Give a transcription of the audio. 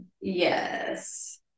Yes